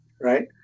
Right